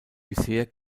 bisher